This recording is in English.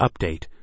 update